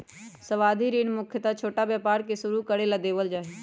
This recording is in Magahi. सावधि ऋण मुख्यत छोटा व्यापार के शुरू करे ला देवल जा हई